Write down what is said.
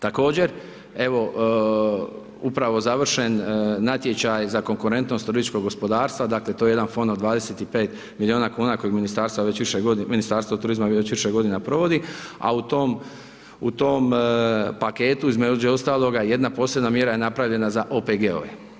Također, evo upravo završen natječaj za konkurentnost turističkog gospodarstva, dakle, to je jedan fond od 25 milijuna kuna kojeg Ministarstvo turizma već više godina provodi, a u tom paketu, između ostaloga, jedna posebna mjera je napravljena za OPG-ove.